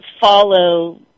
follow